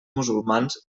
musulmans